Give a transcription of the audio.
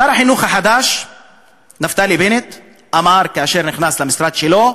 שר החינוך החדש נפתלי בנט אמר כאשר נכנס למשרד שלו: